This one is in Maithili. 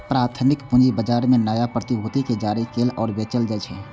प्राथमिक पूंजी बाजार मे नया प्रतिभूति कें जारी कैल आ बेचल जाइ छै